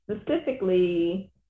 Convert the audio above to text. specifically